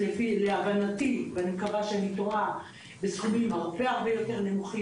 להבנתי זה מתכנס לסכומים הרבה יותר נמוכים.